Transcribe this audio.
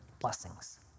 blessings